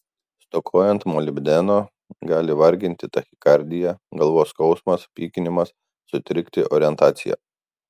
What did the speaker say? stokojant molibdeno gali varginti tachikardija galvos skausmas pykinimas sutrikti orientacija